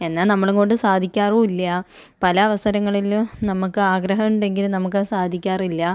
എന്നാൽ നമ്മളെ കൊണ്ട് സാധിക്കാറും ഇല്ല പല അവസരങ്ങളിലും നമുക്ക് ആഗ്രഹണ്ടങ്കിലും നമുക്ക് അത് സാധിക്കാറില്ല